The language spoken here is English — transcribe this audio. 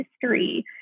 history